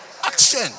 action